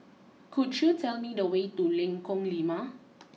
could you tell me the way to Lengkong Lima